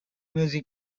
music